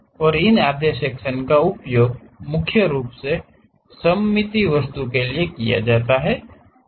और इन आधे सेक्शन का उपयोग मुख्य रूप से सममित वस्तुओं के लिए किया जाता है